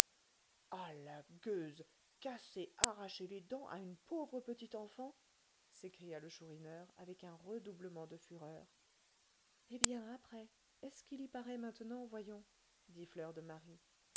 ah la gueuse casser arracher les dents à une pauvre petite enfant s'écria le chourineur avec un redoublement de fureur eh bien après est-ce qu'il y paraît maintenant voyons dit